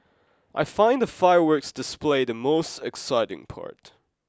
I find the fireworks display the most exciting part